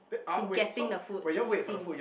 to getting the food to eating